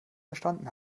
verstanden